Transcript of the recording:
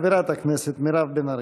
חברת הכנסת מירב בן ארי.